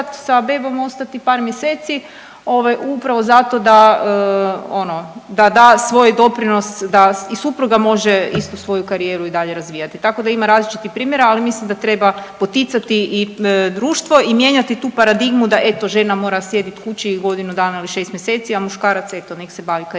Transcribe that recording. sa bebom ostati par mjeseci ovaj upravo zato da ono da da svoj doprinos da i supruga može isto svoju karijeru i dalje razvijati, tako da ima različitih primjera, ali mislim da treba poticati i društvo i mijenjati tu paradigmu da eto žena mora sjedit kući godinu dana ili 6 mjeseci, a muškarac eto nek se bavi karijerom,